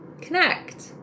Connect